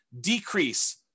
decrease